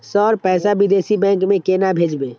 Sir पैसा विदेशी bank में केना भेजबे?